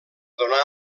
donar